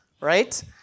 right